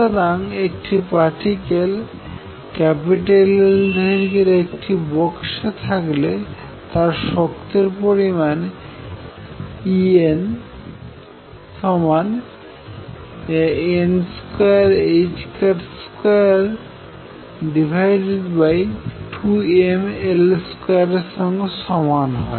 সুতরাং একটি particle L দৈর্ঘ্যের একটি বাক্সে থাকলে তার শক্তির পরিমাণ En h2n22mL2এর সমান হয়